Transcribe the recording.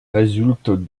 résulte